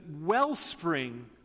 wellspring